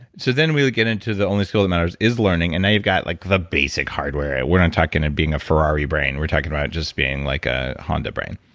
so then we would get into the only school that matters is learning. and now you've got like the basic hardware. we're not talking about being a ferrari brain we're talking about just being like a honda brain